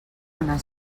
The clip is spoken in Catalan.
anar